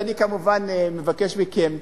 ואני כמובן מבקש מכם,